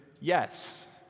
yes